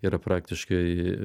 yra praktiškai